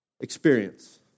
Experience